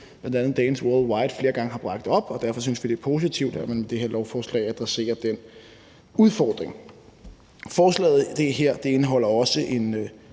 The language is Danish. bl.a. Danes Worldwide flere gange har bragt op, og derfor synes vi, det er positivt, at man med det her lovforslag adresserer den udfordring. Forslaget her indeholder også en